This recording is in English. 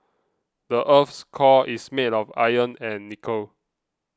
the earth's core is made of iron and nickel